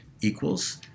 equals